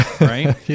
right